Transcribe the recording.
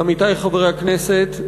עמיתי חברי הכנסת,